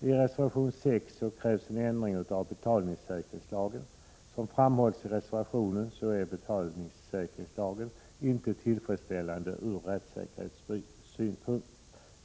I reservation nr 6 krävs en ändring av betalningssäkringslagen. Som det framhålls i reservationen är betalningssäkringslagen inte tillfredsställande ur rättssäkerhetssynpunkt.